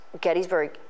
Gettysburg